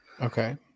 Okay